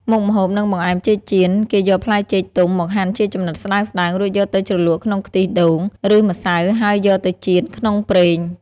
មុខម្ហូប និងបង្អែមចេកចៀន គេយកផ្លែចេកទុំមកហាន់ជាចំណិតស្តើងៗ រួចយកទៅជ្រលក់ក្នុងខ្ទិះដូង ឬម្សៅហើយយកទៅចៀនក្នុងប្រេង។